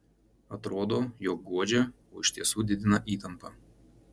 atrodo jog guodžia o iš tiesų didina įtampą